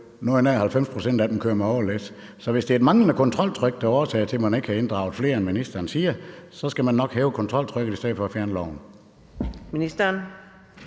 at noget nær 90 pct. af dem kører med overlæs. Så hvis det er et manglende kontroltryk, der er årsagen til, at man ikke har inddraget flere, end ministeren siger, skal man nok hæve kontroltrykket i stedet for at fjerne loven. Kl.